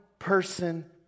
Person